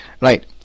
Right